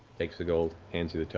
takes the gold, hands you the tome.